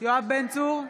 יואב בן צור,